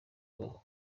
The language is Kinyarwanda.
kubaho